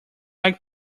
like